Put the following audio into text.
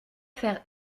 faire